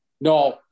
No